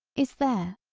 is there.